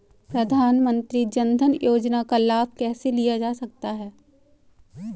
प्रधानमंत्री जनधन योजना का लाभ कैसे लिया जा सकता है?